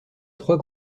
trois